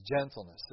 gentleness